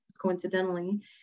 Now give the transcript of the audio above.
coincidentally